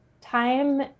time